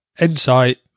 Insight